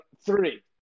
Three